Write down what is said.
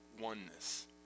oneness